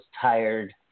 tired